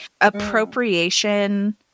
Appropriation